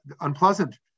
unpleasant